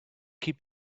keep